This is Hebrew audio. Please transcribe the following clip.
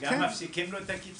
שגם מפסיקים לו את הקצבה.